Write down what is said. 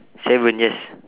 seven yes